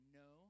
no